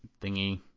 thingy